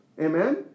Amen